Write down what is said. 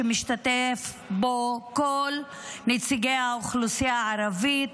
שמשתתפים בו כל נציגי האוכלוסייה הערבית,